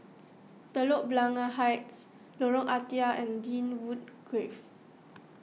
Telok Blangah Heights Lorong Ah Thia and Lynwood Grove